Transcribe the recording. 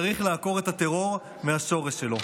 צריך לעקור את הטרור מהשורש שלו,